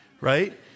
right